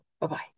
Bye-bye